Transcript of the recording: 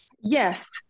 Yes